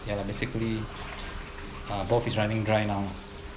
ya lah basically uh both is running dry now